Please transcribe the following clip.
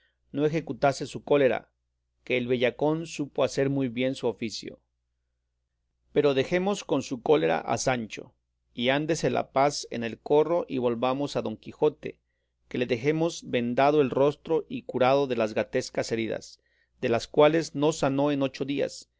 no ejecutase su cólera que el bellacón supo hacer muy bien su oficio pero dejemos con su cólera a sancho y ándese la paz en el corro y volvamos a don quijote que le dejamos vendado el rostro y curado de las